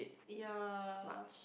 ya